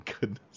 goodness